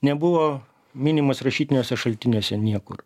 nebuvo minimas rašytiniuose šaltiniuose niekur